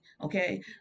Okay